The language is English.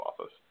office